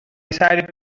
decided